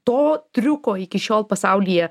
to triuko iki šiol pasaulyje